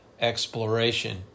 exploration